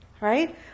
Right